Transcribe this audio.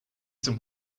some